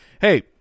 hey